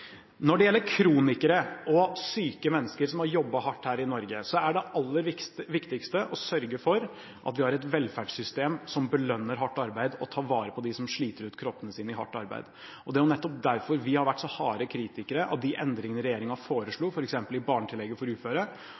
Når det gjelder kronikere og syke mennesker som har jobbet hardt her i Norge, er det aller viktigste å sørge for at vi har et velferdssystem som belønner hardt arbeid, og som tar vare på dem som sliter ut kroppene sine i hardt arbeid. Det er nettopp derfor vi har vært så harde kritikere av de endringene regjeringen foreslo f.eks. i barnetillegget for uføre,